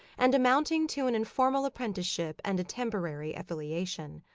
and amounting to an informal apprenticeship and a temporary affiliation.